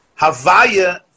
Havaya